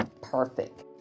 perfect